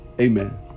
Amen